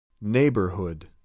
Neighborhood